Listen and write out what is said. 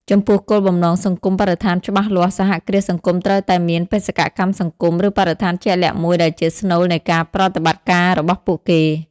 ចំពោះគោលបំណងសង្គមបរិស្ថានច្បាស់លាស់ សហគ្រាសសង្គមត្រូវតែមានបេសកកម្មសង្គម ឬបរិស្ថានជាក់លាក់មួយដែលជាស្នូលនៃការប្រតិបត្តិរបស់ពួកគេ ។